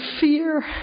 fear